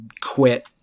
quit